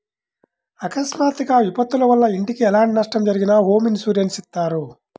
అకస్మాత్తుగా విపత్తుల వల్ల ఇంటికి ఎలాంటి నష్టం జరిగినా హోమ్ ఇన్సూరెన్స్ ఇత్తారు